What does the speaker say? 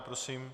Prosím.